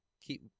keep